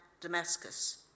Damascus